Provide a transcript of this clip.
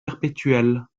perpétuel